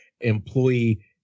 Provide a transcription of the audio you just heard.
employee